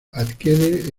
adquiere